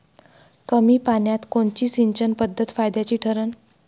कमी पान्यात कोनची सिंचन पद्धत फायद्याची ठरन?